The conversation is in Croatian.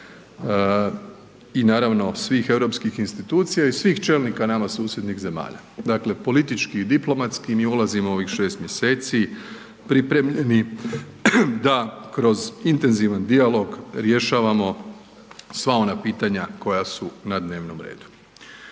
i naravno svih europskih institucija i svih čelnika nama susjednih zemalja, dakle politički i diplomatski mi ulazimo u ovih šest mjeseci pripremljeni da kroz intenzivan dijalog rješavamo sva ona pitanja koja su na dnevnom redu.